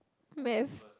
Math